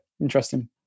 Interesting